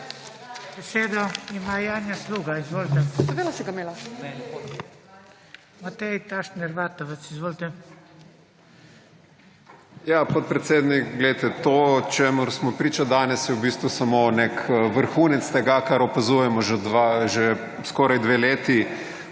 Ja podpredsednik, glejte to, čemur smo priča danes, je v bistvu samo nek vrhunec tega, kar opazujemo že skoraj 2 leti.